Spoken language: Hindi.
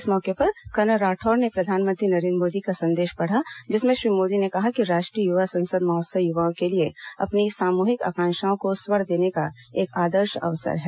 इस मौके पर कर्नल राठौड़ ने प्रधानमंत्री नरेन्द्र मोदी का संदेश पढ़ा जिसमें श्री मोदी ने कहा कि राष्ट्रीय युवा संसद महोत्सव युवाओं के लिए अपनी सामूहिक आकांक्षाओं को स्वर देने का एक आदर्श अवसर है